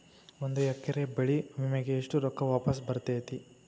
ಒಂದು ಎಕರೆ ಬೆಳೆ ವಿಮೆಗೆ ಎಷ್ಟ ರೊಕ್ಕ ವಾಪಸ್ ಬರತೇತಿ?